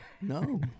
No